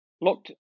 locked